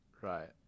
Right